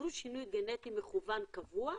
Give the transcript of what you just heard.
להציל חיים ולמנוע סבל ממחלות גנטיות להתקדם בצורה נאותה.